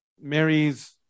Mary's